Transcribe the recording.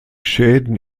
schäden